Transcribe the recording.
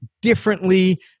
differently